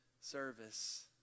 service